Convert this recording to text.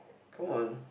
on